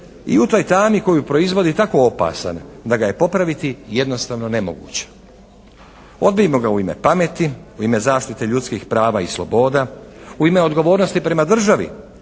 i u toj tami koju proizvodi tako opasan da ga je popraviti jednostavno nemoguće. Odbijmo ga u ime pameti, u ime zaštite ljudskih prava i sloboda, u ime odgovornosti prema državi.